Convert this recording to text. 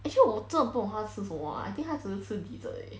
actually 我真的不懂他吃什么 I think 他只是吃 dessert 而已